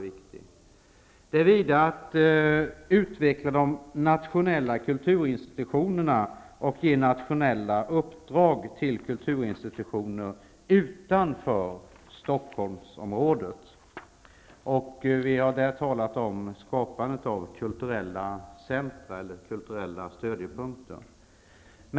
Det gäller vidare att utveckla de nationella kulturinstitutionerna och ge nationella uppdrag till kulturinstitutioner utanför Stockholmsområdet. Vi har där talat om skapandet av kulturella centra, eller kulturella stödjepunkter.